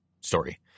story